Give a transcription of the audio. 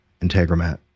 IntegraMAT